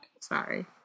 Sorry